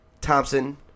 Thompson